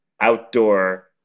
outdoor